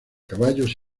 caballos